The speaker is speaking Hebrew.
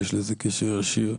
יש לזה קשר ישיר.